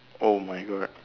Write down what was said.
oh my god